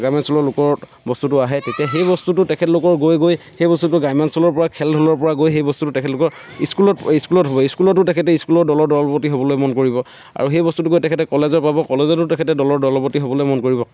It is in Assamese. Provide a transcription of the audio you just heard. গ্ৰাম্যাঞ্চলৰ লোকৰ বস্তুটো আহে তেতিয়া সেই বস্তুটো তেখেতলোকৰ গৈ গৈ সেই বস্তুটো গ্ৰাম্যাঞ্চলৰ পৰা খেল দলৰ পৰা গৈ গৈ সেই বস্তুটো তেখেতলোকৰ স্কুলত স্কুলত হ'ব স্কুলতো তেখেতে স্কুলৰ দলৰ দলপতি হ'বলৈ মন কৰিব আৰু সেই বস্তুটো গৈ তেখেতে কলেজত পাব কলেজতো তেখেতে দলৰ দলপতি হ'বলৈ মন কৰিব